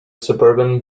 suburban